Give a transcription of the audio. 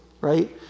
right